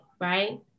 right